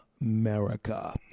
America